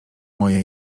moje